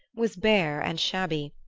was bare and shabby.